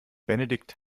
benedikt